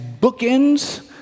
bookends